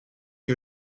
que